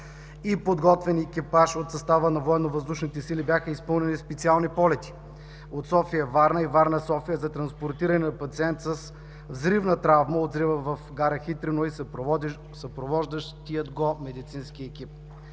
и подготвен екипаж от състава на Военновъздушните сили бяха изпълнени специални полети София – Варна и Варна – София за транспортиране на пациент с взривна травма от взрива на гара Хитрино и съпровождащия го медицински екип.